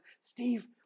Steve